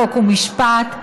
חוק ומשפט,